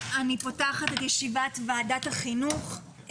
אני פותחת את ישיבת ועדת החינוך.